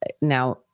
Now